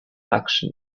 action